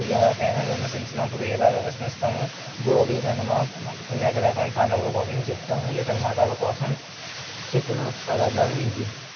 ఎవరికైనా విమర్శించినప్పుడు ఇలాగే విమర్శిస్తాము భోగి కనుమ అనేక రకమైన పండుగలు గురించి చెప్తాము ఇతర మతాల కోసం చెప్పిన పదార్థాలు ఇవి